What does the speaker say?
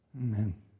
Amen